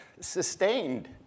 sustained